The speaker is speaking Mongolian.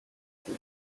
дээ